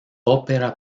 ópera